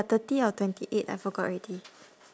thirty or twenty eight I forgot already